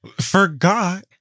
Forgot